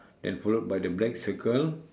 and followed by the black circle